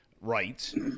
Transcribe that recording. rights